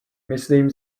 myslím